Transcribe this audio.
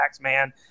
man